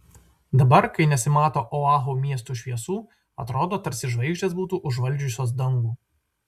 dabar kai nesimato oahu miesto šviesų atrodo tarsi žvaigždės būtų užvaldžiusios dangų